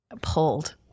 pulled